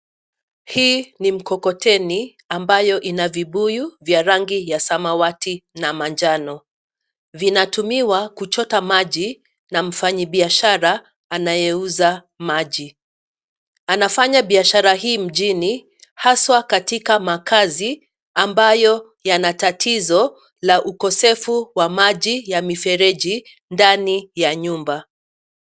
Hii ni mkokoteni ambayo ina vibuyu vya rangi ya samawati na manjano. Vinatumiwa kuchota maji na mfanyabiashara anayeuza maji. Anafanya biashara hii mjini, haswa katika makazi ambayo yana tatizo la ukosefu wa maji ya mifereji ndani ya nyumba.